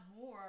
more